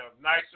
nice